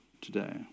today